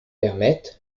permettent